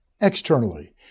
externally